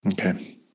Okay